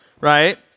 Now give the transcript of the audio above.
right